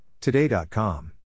Today.com